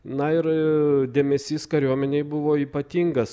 na ir dėmesys kariuomenei buvo ypatingas